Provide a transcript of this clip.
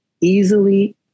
easily